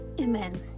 amen